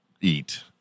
eat